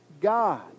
God